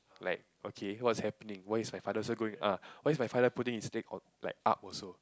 like okay what's happening why is my father's one going up why is my father putting his leg on like up also